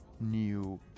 new